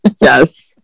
Yes